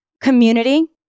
community